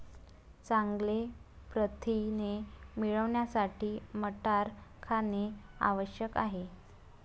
चांगले प्रथिने मिळवण्यासाठी मटार खाणे आवश्यक आहे